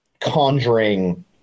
conjuring